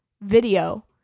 video